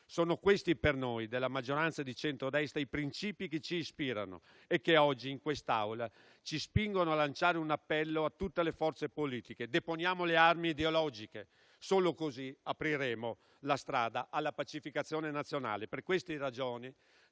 Sono questi per noi della maggioranza di centrodestra i principi che ci ispirano e che oggi in quest'Aula ci spingono a lanciare un appello a tutte le forze politiche: deponiamo le armi ideologiche, solo così apriremo la strada alla pacificazione nazionale. Per queste ragioni,